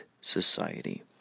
society